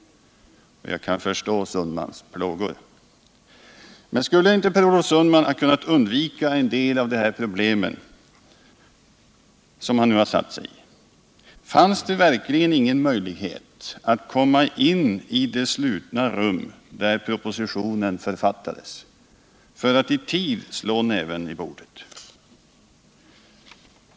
Jag kan förstå Per Olof Sundmans plågor. Men skulle inte Per Olof Sundman ha kunnat undvika en del av de problem som han nu har försatt sig i? Fanns det verkligen ingen möjlighet att komma in i det slutna rum där propositionen författades för att i tid slå näven i bordet?